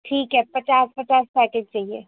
ٹھیک ہے پچاس پچاس پیکٹ چاہیے